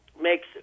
makes